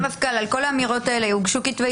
הסרטון היה ממחיש לכם עם מה אנחנו מתמודדים.